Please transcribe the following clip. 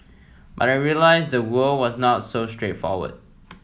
but I realised the world was not so straightforward